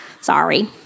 Sorry